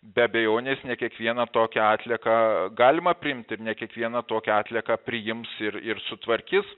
be abejonės ne kiekvieną tokią atlieką galima priimt ir ne kiekvieną tokią atlieką priims ir ir sutvarkys